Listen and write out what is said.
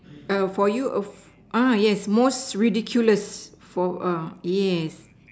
for you yes most ridiculous for yes